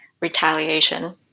retaliation